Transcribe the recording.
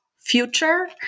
future